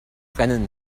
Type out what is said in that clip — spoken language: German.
brennen